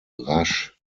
rasch